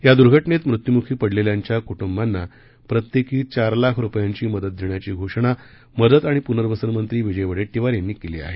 या दूर्घटनेत मृत्यूमुखी पडलेल्यांच्या कुटुंबांना प्रत्येकी चार लाख रुपयांची मदत देण्याची घोषणा मदत आणि पुनर्वसन मंत्री विजय वडेट्टीवार यांनी केली आहे